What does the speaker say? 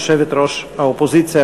יושבת-ראש האופוזיציה,